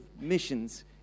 missions